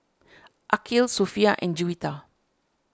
Aqil Sofea and Juwita